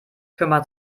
kümmert